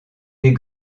des